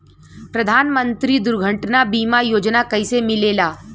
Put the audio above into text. प्रधानमंत्री दुर्घटना बीमा योजना कैसे मिलेला?